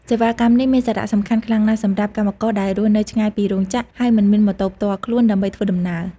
សេវាកម្មនេះមានសារៈសំខាន់ខ្លាំងណាស់សម្រាប់កម្មករដែលរស់នៅឆ្ងាយពីរោងចក្រ ហើយមិនមានម៉ូតូផ្ទាល់ខ្លួនដើម្បីធ្វើដំណើរ។